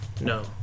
no